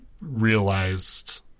realized